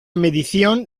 medición